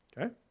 Okay